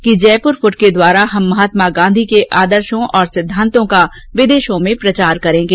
उन्होंने कहा कि जयपुर फूट के द्वारा हम महात्मा गांधी के आदर्शों और सिद्धांतों का विदेशों में प्रचार करेंगे